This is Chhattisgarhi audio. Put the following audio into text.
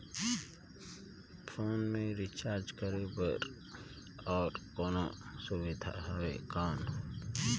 फोन मे रिचार्ज करे बर और कोनो सुविधा है कौन?